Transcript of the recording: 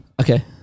Okay